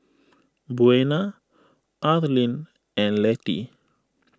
Buena Arleen and Letty